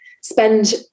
spend